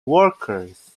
workers